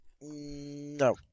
No